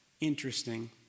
interesting